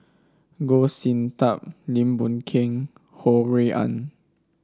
Goh Sin Tub Lim Boon Keng Ho Rui An